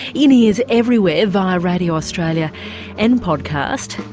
in ears everywhere via radio australia and podcast.